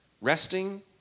resting